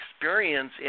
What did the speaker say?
experience